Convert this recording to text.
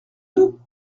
nous